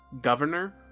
governor